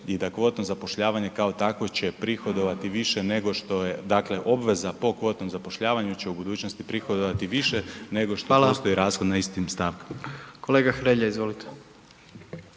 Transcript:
i da kvotno zapošljavanje kao takvo će prihodovati više nego što je obveza po kvotnom zapošljavanju će u budućnosti prihodovati više nego što postoji rashod na istim stavkama. **Jandroković,